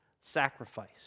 sacrifice